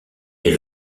est